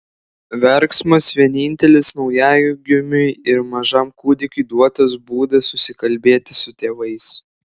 verksmas vienintelis naujagimiui ir mažam kūdikiui duotas būdas susikalbėti su tėvais